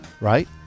right